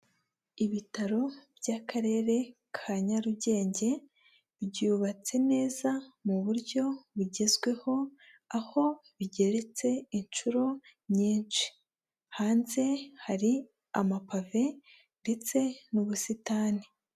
Ibitaro by'akarere ka Nyarugenge, byubatse neza mu buryo bugezweho, aho bigeretse inshuro nyinshi, hanze hari amapave ndetse n'ubusitani.